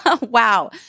Wow